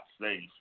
safe